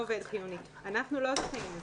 אנחנו לא צד בזה.